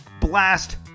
blast